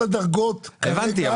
כל הדרגות כרגע --- הבנתי,